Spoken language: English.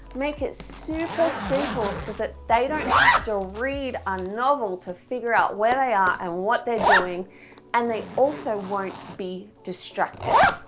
make it super simple so that they don't have to read a novel to figure out where they are and what they're doing and they also won't be distracted.